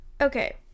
okay